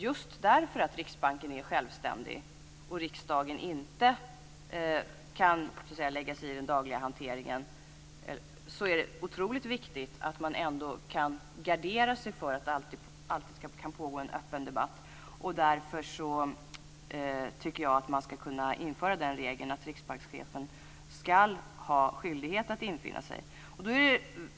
Just därför att Riksbanken är självständig och riksdagen inte kan lägga sig i den dagliga hanteringen är det viktigt att kunna garantera att det alltid ska kunna pågå en öppen debatt. Därför bör man införa en regel som säger att riksbankschefen har skyldighet att infinna sig till sammanträdet.